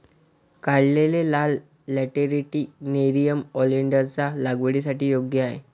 काढलेले लाल lateritic nerium ओलेन्डरच्या लागवडीसाठी योग्य आहे